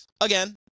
again